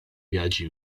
viaggi